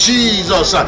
Jesus